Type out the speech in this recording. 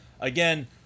again